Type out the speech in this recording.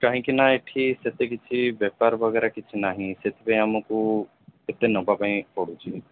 କାହିଁକିନା ଏଠି ସେତେ କିଛି ବେପାର ବଗେରା କିଛି ନାହିଁ ସେଥିପାଇଁ ଆମକୁ ଏତେ ନେବା ପାଇଁ ପଡୁଛି